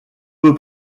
peu